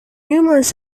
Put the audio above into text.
numerous